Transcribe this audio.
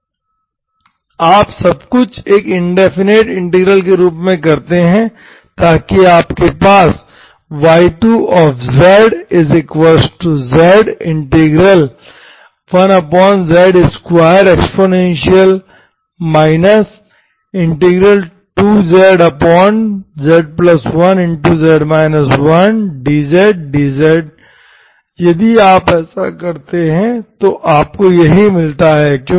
आप सब कुछ एक इंडेफिनिट इंटीग्रल के रूप में करते हैं ताकि आपके पास y2zz 1z2e 2zz1z 1dzdz यदि आप ऐसा करते हैं तो आपको यही मिलता है